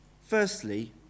Firstly